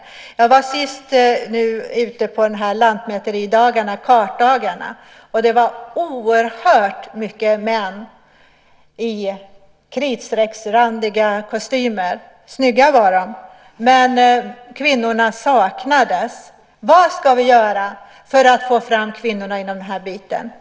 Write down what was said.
Senast var jag med på lantmäteridagarna, kartdagarna, där det var oerhört många män i kritstrecksrandiga kostymer. Snygga var de. Men kvinnorna saknades. Vad ska vi göra för att få fram kvinnorna inom den här biten?